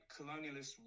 colonialist